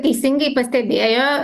teisingai pastebėjo